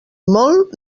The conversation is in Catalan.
molt